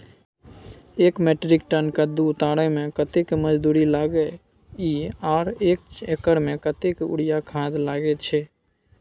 एक metric ton कद्दू उतारे में कतेक मजदूरी लागे इ आर एक एकर में कतेक यूरिया खाद लागे छै?